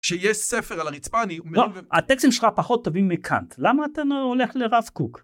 כשיש ספר על הריצפה אני מרים ו... לא, הטקסטים שלך פחות טובים מקאנט, למה אתה לא הולך לרב קוק?